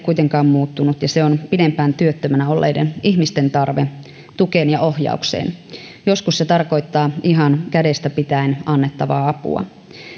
kuitenkaan muuttunut ja se on pidempään työttömänä olleiden ihmisten tarve tukeen ja ohjaukseen joskus se tarkoittaa ihan kädestä pitäen annettavaa apua